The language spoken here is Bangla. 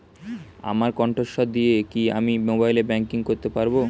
আমার কন্ঠস্বর দিয়ে কি আমি মোবাইলে ব্যাংকিং করতে পারবো?